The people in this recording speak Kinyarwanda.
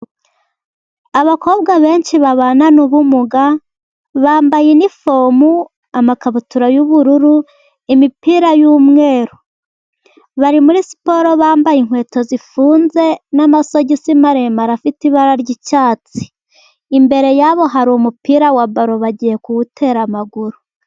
Abakobwa benshi babana n'ubumuga bambaye inifomu amakabutura y'ubururu, imipira y'umweru. Bari muri siporo bambaye inkweto zifunze n'amasogisi maremare afite ibara ry'icyatsi, imbere yabo hari umupira wa ballon bagiye kuwutera amaguru.